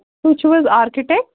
تُہۍ چھُو حظ آرکِٹیکٹ